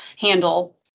handle